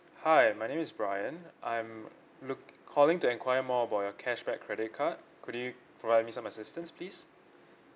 hi my name is brian I'm look calling to enquire more about your cashback credit card could you provide me some assistance please